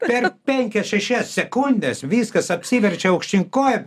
per penkias šešias sekundes viskas apsiverčia aukštyn kojom